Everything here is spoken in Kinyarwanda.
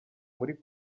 muri